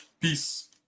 Peace